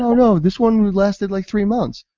no, no this one lasted like three months.